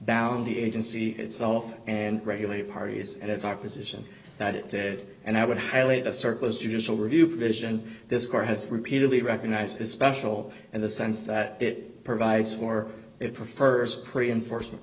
down the agency itself and regulate parties and it's our position that it did and i would highly the circus judicial review provision this car has repeatedly recognized as special in the sense that it provides for it prefers pre enforcement